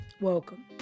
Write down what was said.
Welcome